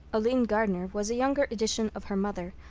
aline gardner was a younger edition of her mother,